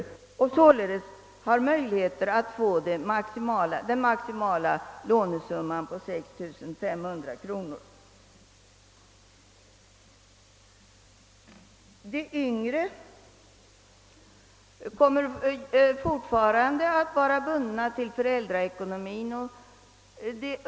De kommer således att kunna få den maximala lånesumman på 6500 kronor. De yngre kommer fortfarande att vara bundna till föräldraekonomin.